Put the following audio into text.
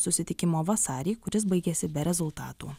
susitikimo vasarį kuris baigėsi be rezultatų